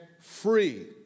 free